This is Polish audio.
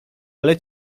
ale